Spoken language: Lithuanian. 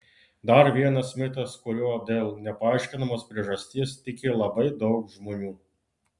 dar vienas mitas kuriuo dėl nepaaiškinamos priežasties tiki labai daug žmonių